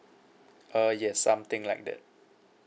uh yes something like that